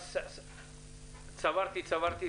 צברתי,